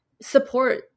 support